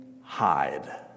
hide